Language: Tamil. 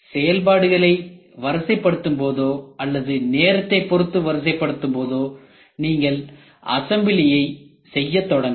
செயல்பாடுகளை வரிசைப்படுத்தும்போதோ அல்லது நேரத்தை பொருத்து வரிசைப்படுத்தும்போதோ நீங்கள் அசம்பிளி செய்ய தொடங்கலாம்